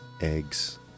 eggs